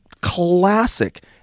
classic